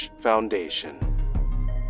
foundation